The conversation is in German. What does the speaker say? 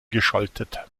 geschaltet